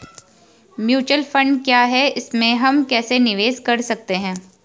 Mutual fund क्या है इसमें हम कैसे निवेश कर सकते हैं?